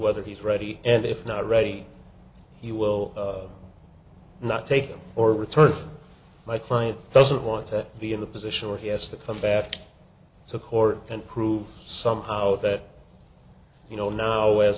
whether he's ready and if not already he will not take them or return my client doesn't want to be in a position where he has to come back to court and prove somehow that you know now as